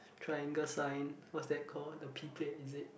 triangle sign what's that called the P plate is it